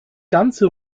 ganze